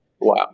wow